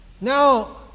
Now